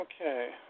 Okay